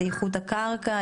את איכות הקרקע,